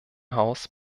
haus